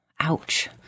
ouch